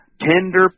tender